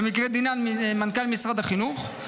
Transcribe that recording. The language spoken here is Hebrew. במקרה דנן מנכ"ל משרד החינוך,